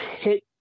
hit